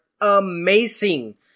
amazing